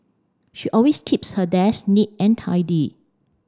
she always keeps her desk neat and tidy